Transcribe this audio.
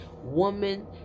woman